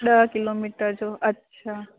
ॾह किलोमीटर जो अच्छा